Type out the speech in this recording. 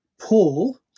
Paul